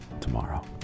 tomorrow